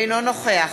אינו נוכח